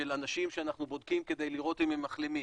של אנשים שאנחנו בודקים כדי לראות אם הם מחלימים.